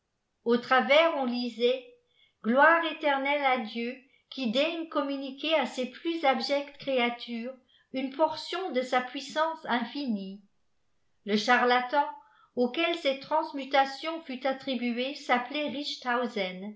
au travers on lisait gl ire éternelle à dieu qui daigne communiquer à ses piis abjectes créatures une portipn de sji puissance infinie le charlatan auquel cette transmutation fut attribuée s'appelait richthausen